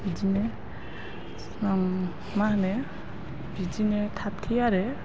बिदिनो मा होनो बिदिनो थाबथेयो आरो